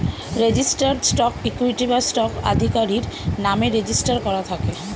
registered stock equity বা stock আধিকারির নামে রেজিস্টার করা থাকে